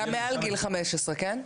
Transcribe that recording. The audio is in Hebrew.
גם מעל גיל 15, כן?